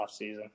offseason